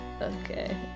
Okay